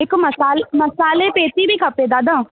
हिक मसाल मसाले पेती बि खपे दादा